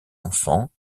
enfants